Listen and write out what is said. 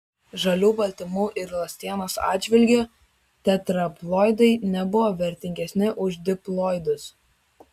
žalių baltymų ir ląstelienos atžvilgiu tetraploidai nebuvo vertingesni už diploidus